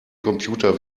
computer